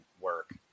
work